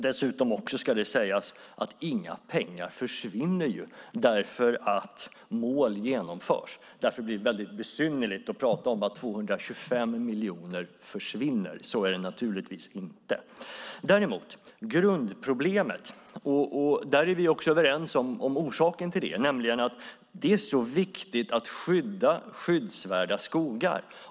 Dessutom ska det sägas att inga pengar försvinner därför att mål genomförs. Därför blir det besynnerligt att tala om att 225 miljoner försvinner. Så är det naturligtvis inte . Däremot är vi överens om orsaken till grundproblemet, nämligen att det är så viktigt att skydda skyddsvärda skogar.